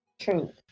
True